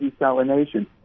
desalination